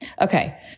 Okay